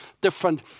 different